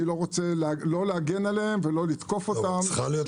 אני לא רוצה להגן עליהם וגם לא לתקוף אותם.